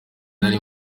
nari